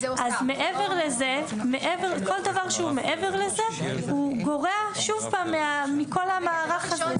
כל דבר שהוא מעבר לזה הוא גורע שוב פעם מכל המערך הזה.